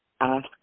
ask